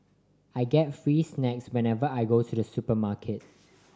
I get free snacks whenever I go to the supermarket